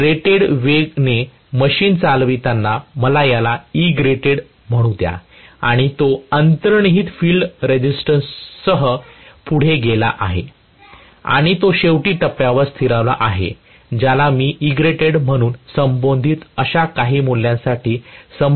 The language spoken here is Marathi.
मी रेटेड वेग ने मशीन चालविताना मला याला Egrated म्हणू द्या आणि तो अंतर्निहित फील्ड रेझिस्टन्स सह पुढे गेला आहे आणि तो शेवटी टप्प्यावर स्थिरावला आहे ज्याला मी Egrated म्हणून संबोधतो अशा काही मूल्याशी संबंधित हा Eg आहे